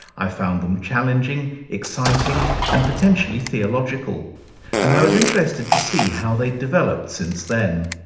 i found them challenging, exciting and potentially theological and i was interested to see how they'd developed since then.